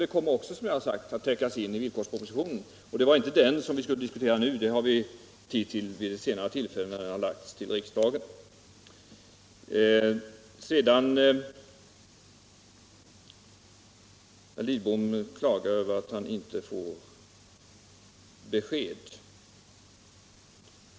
Även detta kommer, som jag sagt, att täckas in i villkorspropositionen. Det är inte den vi skall diskutera nu, det får vi tid till vid ett senare tillfälle då den lämnats till riksdagen. Herr Lidbom klagar över att han inte får besked.